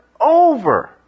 over